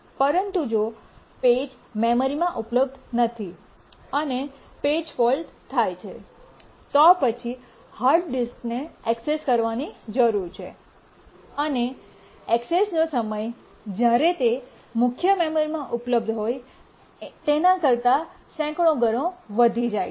પરંતુ જો પેજ મેમરીમાં ઉપલબ્ધ નથી અને પેજફોલ્ટ થાય છે તો પછી હાર્ડ ડિસ્કને ઍક્સેસ કરવાની જરૂર છે અને ઍક્સેસનો સમય જ્યારે તે મુખ્ય મેમરીમાં ઉપલબ્ધ હતો તેના કરતા સેંકડો ગણો વધી જાય છે